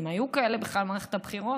אם היו כאלה בכלל במערכת הבחירות,